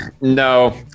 no